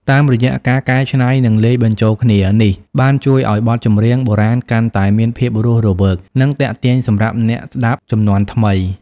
តាមរយៈការកែច្នៃនិងលាយបញ្ចូលគ្នានេះបានជួយឲ្យបទចម្រៀងបុរាណកាន់តែមានភាពរស់រវើកនិងទាក់ទាញសម្រាប់អ្នកស្ដាប់ជំនាន់ថ្មី។